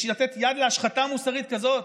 לתת יד להשחתה מוסרית כזאת,